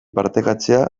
partekatzea